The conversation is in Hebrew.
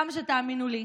למה שתאמינו לי?